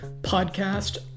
podcast